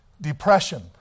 Depression